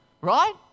right